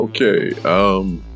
okay